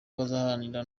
bazaharanira